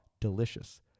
Delicious